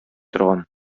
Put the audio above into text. торган